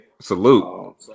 Salute